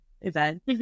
event